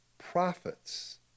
prophets